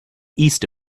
east